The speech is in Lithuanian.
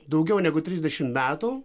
daugiau negu trisdešim metų